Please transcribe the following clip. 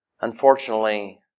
Unfortunately